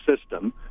system